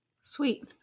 Sweet